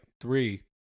three